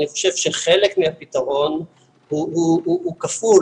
אני חושב שחלק מהפתרון הוא כפול,